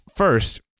First